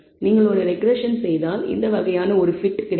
நீங்கள் ஒரு ரெக்ரெஸ்ஸன் செய்தால் இந்த வகையான ஒரு fit கிடைக்கும்